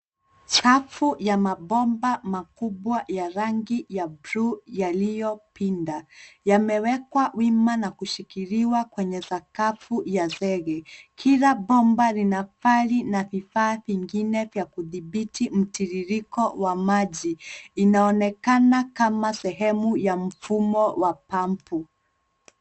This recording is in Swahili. Safu ya mabomba makubwa ya rangi ya bluu yaliyopinda. Yamewekwa wima na kushikiliwa kwenye sakafu ya zenge. Kila bomba lina vali na vifaa vingine vya kudhibiti mtiririko wa maji. Inaonekana kama sehemu ya mfumo wa (cs) pump(cs).